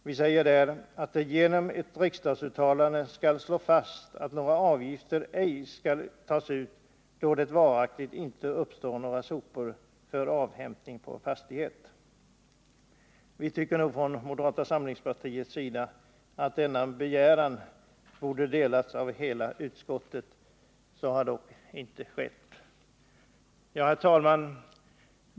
Vi säger där att det genom ett riksdagsuttalande skall slås fast, att några avgifter ej skall tas ut då det varaktigt inte uppstår några sopor för avhämtning på en fastighet. Från moderata samlingspartiets sida anser vi att hela utskottet borde ha slutit upp bakom denna begäran, men så har inte skett. Herr talman!